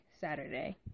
Saturday